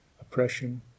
oppression